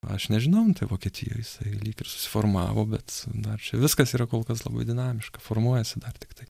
aš nežinau tai vokietijoj jisai lyg ir susiformavo bet dar čia viskas yra kol kas labai dinamiška formuojasi dar tiktai